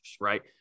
right